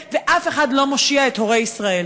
ואף אחד לא מסתכל ואף אחד לא מושיע את הורי ישראל.